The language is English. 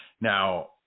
Now